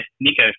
Nico